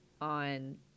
on